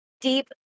deep